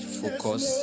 focus